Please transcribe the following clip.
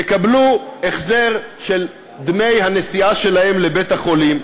יקבלו החזר של דמי הנסיעה שלהם לבית-החולים,